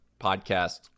podcast